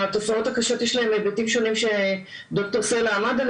ההתמכרויות הקשות יש להן היבטים שונים שעליהם עמד ד"ר סלע.